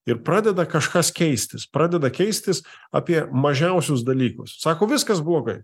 ir pradeda kažkas keistis pradeda keistis apie mažiausius dalykus sako viskas blogai